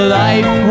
life